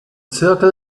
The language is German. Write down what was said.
zirkel